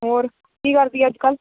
ਹੋਰ ਕੀ ਕਰਦੀ ਅੱਜ ਕੱਲ੍ਹ